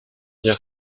hier